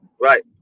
right